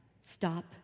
stop